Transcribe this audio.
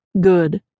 Good